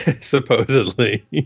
supposedly